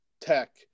tech